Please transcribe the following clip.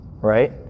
right